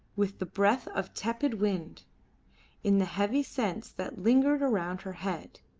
with the breath of tepid wind in the heavy scents that lingered around her head